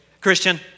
Christian